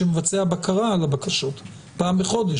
שמבצע בקרה על הבקשות פעם בחודש,